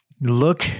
look